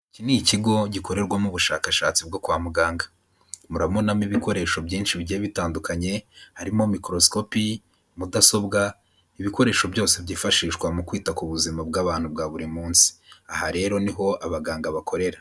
Iki ni ikigo gikorerwamo ubushakashatsi bwo kwa muganga. Murabonamo ibikoresho byinshi bigiye bitandukanye harimo mikorosikopi, mudasobwa, ibikoresho byose byifashishwa mu kwita ku buzima bw'abantu bwa buri munsi. Aha rero ni ho abaganga bakorera.